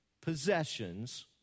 possessions